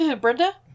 brenda